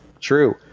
True